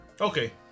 Okay